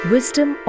Wisdom